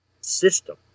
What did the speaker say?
system